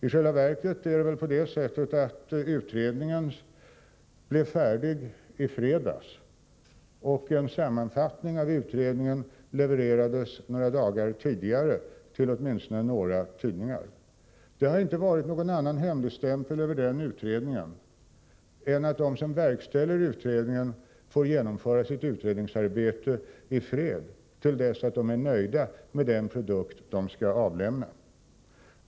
I själva verket är det så att utredningen blev färdig i fredags. En sammanfattning av utredningen levererades några dagar tidigare till åtminstone några tidningar. Det har inte varit någon annan hemligstämpel på den utredningen än att de som verkställer utredningen får genomföra sitt arbete i fred, till dess att de är nöjda med den produkt de skall avlämna.